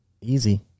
Easy